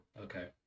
Okay